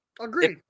Agreed